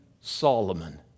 Solomon